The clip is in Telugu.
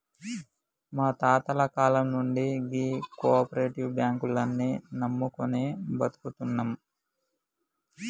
మా తాతల కాలం నుండి గీ కోపరేటివ్ బాంకుల్ని నమ్ముకొని బతుకుతున్నం